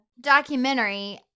documentary